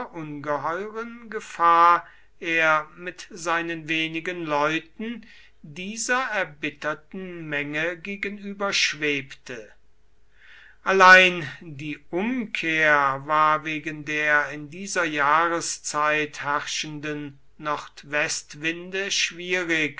ungeheuren gefahr er mit seinen wenigen leuten dieser erbitterten menge gegenüber schwebte allein die umkehr war wegen der in dieser jahreszeit herrschenden nordwestwinde schwierig